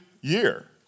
year